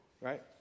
Right